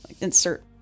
Insert